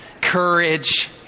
courage